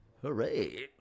Hooray